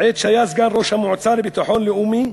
עת היה סגן ראש המועצה לביטחון לאומי,